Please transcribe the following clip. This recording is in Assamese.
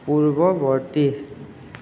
পূৰ্ৱৱৰ্তী